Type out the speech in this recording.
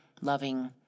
loving